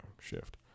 shift